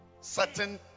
certain